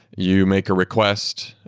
you make a request,